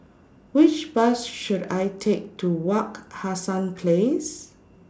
Which Bus should I Take to Wak Hassan Place